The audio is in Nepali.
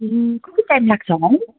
ए कति टाइम लाग्छ होला है